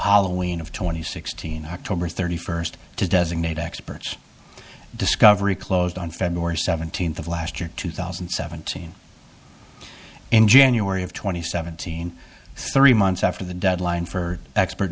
hollowing of twenty sixteen october thirty first to designate experts discovery closed on february seventeenth of last year two thousand and seventeen in january of two thousand and seventeen three months after the deadline for expert